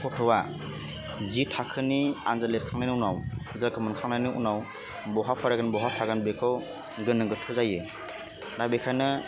गथ'वा जि थाखोनि आनजाद लेरखांनायनि उनाव रिजाल्टखौ मोनखांनायनि उनाव बरहा फरायगो बहा थागोन बेखौ गोनो गोथो जायो दा बेखायनो